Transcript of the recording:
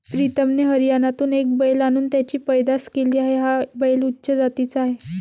प्रीतमने हरियाणातून एक बैल आणून त्याची पैदास केली आहे, हा बैल उच्च जातीचा आहे